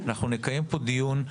נקיים פה דיון,